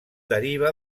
deriva